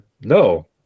No